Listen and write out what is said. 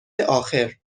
آخر